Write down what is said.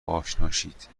آشنایید